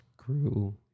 Screw